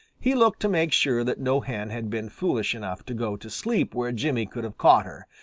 he looked to make sure that no hen had been foolish enough to go to sleep where jimmy could have caught her,